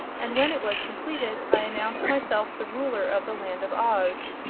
and when it was completed i announced myself the ruler of the land of oz,